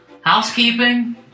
Housekeeping